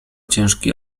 ciężki